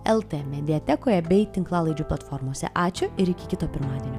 lt mediatekoje bei tinklalaidžių platformose ačiū ir iki kito pirmadienio